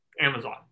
Amazon